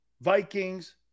Vikings